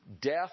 death